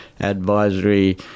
advisory